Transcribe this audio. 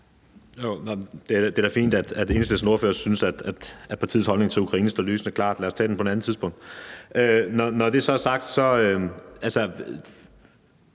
Det er da fint, at Enhedslistens ordfører synes, at partiets holdning til Ukraine står lysende klart; lad os tage det på et andet tidspunkt. Når det er sagt, er